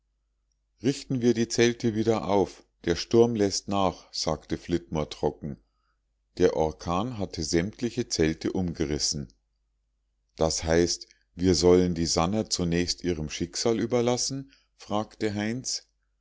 richten wir die zelte wieder auf der sturm läßt nach sagte flitmore trocken der orkan hatte sämtliche zelte umgerissen das heißt wir sollen die sannah zunächst ihrem schicksal überlassen frug heinz